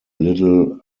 little